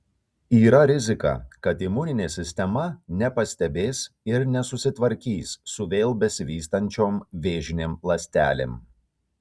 yra rizika kad imuninė sistema nepastebės ir nesusitvarkys su vėl besivystančiom vėžinėm ląstelėm